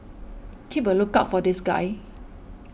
keep a lookout for this guy